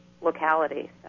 locality